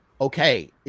okay